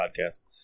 podcast